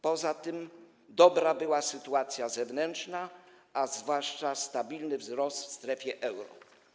Poza tym dobra była sytuacja zewnętrzna, a zwłaszcza stabilny wzrost w strefie euro.